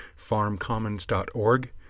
farmcommons.org